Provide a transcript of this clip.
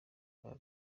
akaga